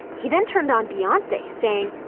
he then turned on beyonce, saying,